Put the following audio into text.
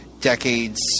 decades –